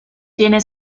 tiene